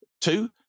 Two